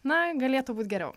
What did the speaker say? na galėtų būt geriau